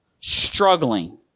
struggling